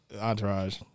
Entourage